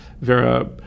Vera